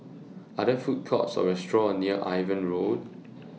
Are There Food Courts Or restaurants near Irving Road